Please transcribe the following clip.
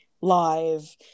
live